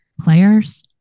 players